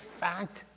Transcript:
fact